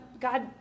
God